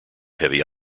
heavy